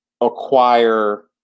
acquire